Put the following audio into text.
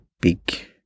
big